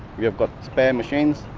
we have got spare machines,